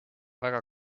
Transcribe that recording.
väga